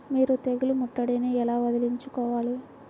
మీరు తెగులు ముట్టడిని ఎలా వదిలించుకోవాలి?